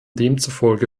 demzufolge